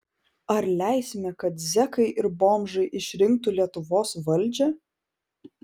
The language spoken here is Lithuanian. ar leisime kad zekai ir bomžai išrinktų lietuvos valdžią